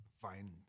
find